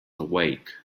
awake